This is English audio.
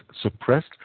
suppressed